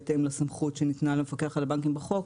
בהתאם לסמכות שניתנה למפקח על הבנקים בחוק,